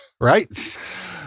Right